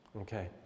Okay